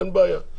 אין בעיה.